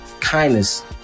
kindness